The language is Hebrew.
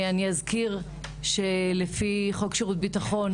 אני אזכיר שלפי חוק שירות ביטחון,